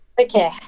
Okay